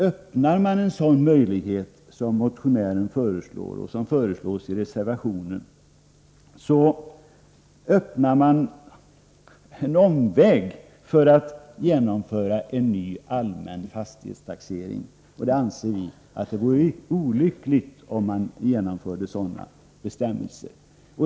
Öppnar man en sådan möjlighet som motionären föreslår får man på omvägar en ny allmän fastighetstaxering. Vi anser att det inte vore bra med sådana bestämmelser.